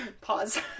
Pause